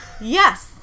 Yes